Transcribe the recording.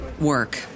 work